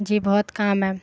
جی بہت کام ہے